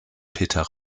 peter